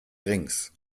drinks